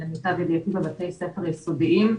למיטב ידיעתי בבתי ספר יסודיים,